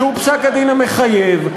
שהוא פסק-הדין המחייב.